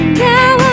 now